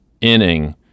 inning